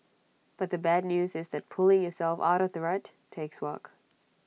but the bad news is that pulling yourself out of the rut takes work